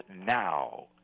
now